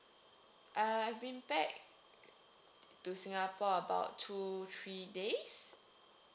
uh I've been back to singapore about two three days